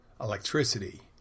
electricity